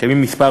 יש כמה מסלולים,